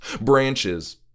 branches